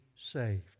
saved